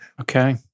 Okay